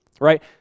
right